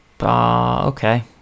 Okay